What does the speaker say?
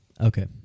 Okay